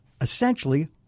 essentially